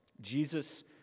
Jesus